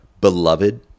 beloved